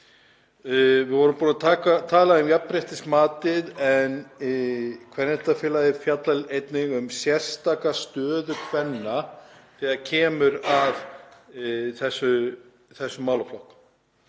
Við vorum búin að tala um jafnréttismatið en Kvenréttindafélagið fjallar einnig um sérstaka stöðu kvenna þegar kemur að þessum málaflokki